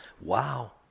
Wow